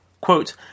quote